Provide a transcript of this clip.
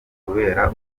kubera